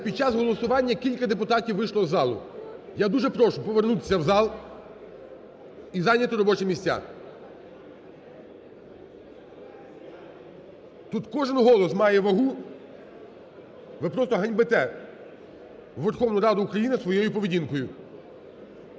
під час голосування кілька депутатів вийшло із залу. Я дуже прошу повернутися в зал і зайняти робочі місця. Тут кожен голос має вагу, ви просто ганьбите Верховну Раду України своєю поведінкою.